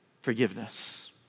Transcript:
forgiveness